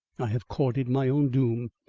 i have courted my own doom.